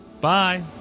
Bye